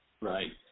Right